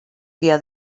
via